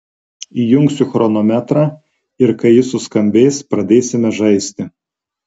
įjungsiu chronometrą ir kai jis suskambės pradėsime žaisti